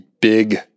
big